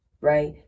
Right